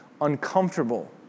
uncomfortable